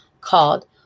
called